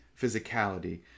physicality